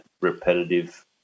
repetitive